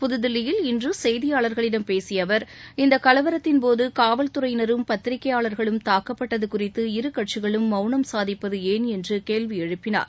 புதில்லியில் இன்று செய்தியாளர்களிடம் பேசிய அவர் இந்த கலவரத்தின்போது காவல்துறையினரும் பத்திரிகையாளர்களும் தாக்கப்பட்டது குறித்து இரு கட்சிகளும் மவுனம் சாதிப்பது ஏன் என்ற கேள்வி எப்பினார்